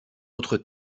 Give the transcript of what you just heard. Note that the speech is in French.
autre